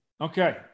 Okay